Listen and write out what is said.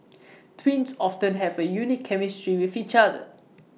twins often have A unique chemistry with each other